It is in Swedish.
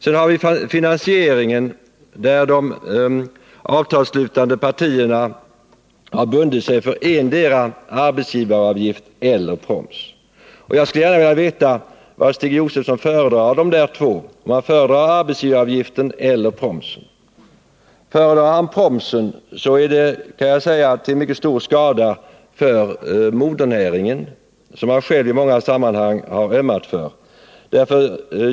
Sedan har vi frågan om finansieringen, där de avtalsslutande partierna har bundit sig för endera arbetsgivaravgift eller proms. Jag skulle gärna vilja veta vilken av dessa finansieringsformer Stig Josefson föredrar. Föredrar han arbetsgivaravgiften eller promsen? Om han föredrar promsen, vill jag peka på att denna är till mycket stor skada för modernäringen, som Stig Josefson själv har ömmat för i många sammanhang.